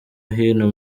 hino